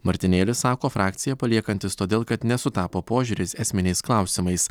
martinėlis sako frakciją paliekantis todėl kad nesutapo požiūris esminiais klausimais